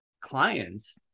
clients